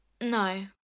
No